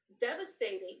devastating